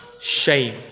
shame